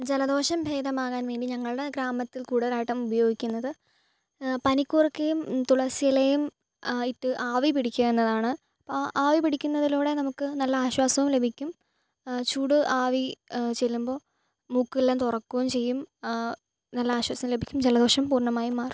ജലദോഷം ഭേദമാകാൻ വേണ്ടി ഞങ്ങളുടെ ഗ്രാമത്തിൽ കൂടുതലായിട്ടും ഉപയോഗിക്കുന്നത് പനിക്കൂർക്കയും തുളസി ഇലയും ഇട്ട് ആവി പിടിക്കുക്ക എന്നതാണ് ആ ആവി പിടിക്കുന്നതിലൂടെ നമുക്ക് നല്ല അശ്വാസവും ലഭിക്കും ചൂട് ആവി ചെല്ലുമ്പം മുക്കെല്ലാം തുറക്കുകയും ചെയ്യും നല്ല ആശ്വാസം ലഭിയ്ക്കും ജലദോഷം പൂർണ്ണമായും മാറും